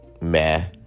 meh